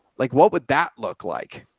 like what would that look like?